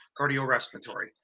Cardiorespiratory